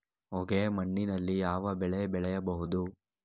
ಹೊಯ್ಗೆ ಮಣ್ಣಿನಲ್ಲಿ ಯಾವ ಬೆಳೆ ಬೆಳೆಯಬಹುದು?